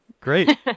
Great